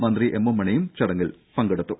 മന്ത്രി M M മണിയും ചടങ്ങിൽ പങ്കെടുത്തു